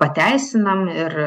pateisinam ir